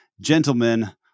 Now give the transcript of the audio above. Gentlemen